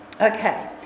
Okay